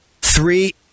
three